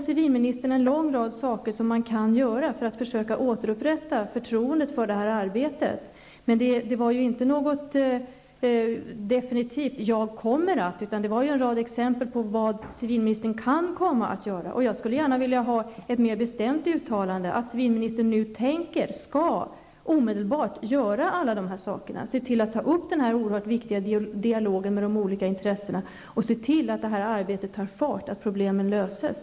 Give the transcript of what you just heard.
Civilministern nämnde en lång rad saker som hon kan göra för att försöka återupprätta förtroendet för detta arbete. Men det var inte något definitivt ''jag kommer att'', utan det var en rad exempel på vad civilministern kan komma att göra. Jag skulle gärna vilja ha ett mer bestämt uttalande om att civilministern nu omedelbart skall göra alla dessa saker, ta upp denna oerhört viktiga dialog med de olika intressena och se till att arbetet tar fart så att problemen löses.